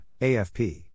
AFP